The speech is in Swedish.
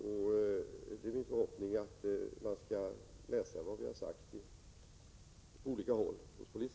Det är min förhoppning att polisen på olika håll i landet läser vad som här har sagts.